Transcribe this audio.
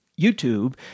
YouTube